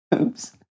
Oops